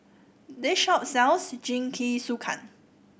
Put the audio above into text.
this shop sells Jingisukan